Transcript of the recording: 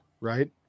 right